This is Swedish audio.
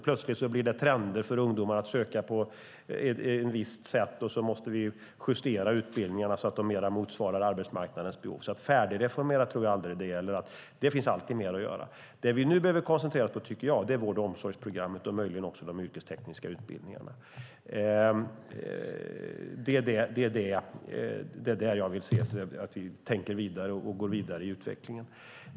Plötsligt blir det trender för ungdomar att söka på ett visst sätt, och så måste vi justera utbildningarna så att de mer motsvarar arbetsmarknadens behov, så färdigreformerat tror jag aldrig att det blir. Det finns alltid mer att göra. Det vi nu behöver koncentrera oss på är vård och omsorgsprogrammet och möjligen också de yrkestekniska utbildningarna. Det är där jag vill att vi tänker vidare och går vidare i utvecklingen.